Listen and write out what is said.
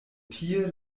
tie